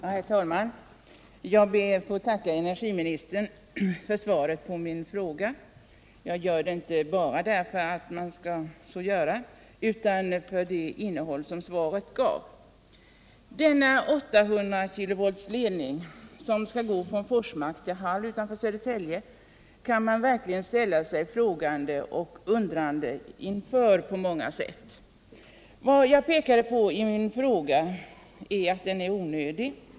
Herr talman! Jag ber att få tacka energiministern för svaret på min fråga. Jag gör inte detta bara därför att man skall så göra, utan jag vill tacka för det innehåll som svaret hade. Denna 800 kV-ledning som skall gå från Forsmark till Hall utanför Södertälje kan man verkligen ställa sig frågande och undrande inför på många sätt. Vad jag pekade på i mitt svar är att den är onödig.